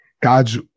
God's